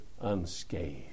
unscathed